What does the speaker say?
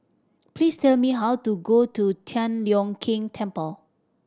please tell me how to go to Tian Leong Keng Temple